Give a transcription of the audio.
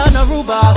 Naruba